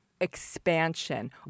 Expansion